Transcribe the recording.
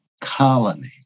colony